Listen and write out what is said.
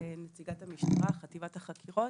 אני נציגת המשטרה, חטיבת החקירות.